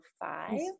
five